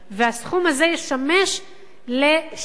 והסכום הזה ישמש לשיפוץ